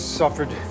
suffered